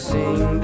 Sing